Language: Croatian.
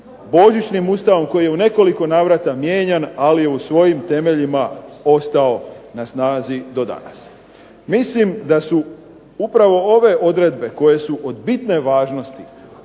božićnim Ustavom koji je u nekoliko navrata mijenjan ali je svojim temeljima ostao na snazi do danas. Mislim da su upravo ove odredbe koje su od bitne važnosti,